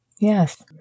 yes